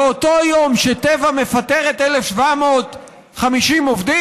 באותו יום שטבע מפטרת 1,750 עובדים,